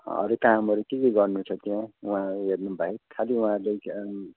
अरू कामहरू के के गर्नुछ त्यहाँ उहाँहरू हेर्नुबाहेक खाली उँहाहरूले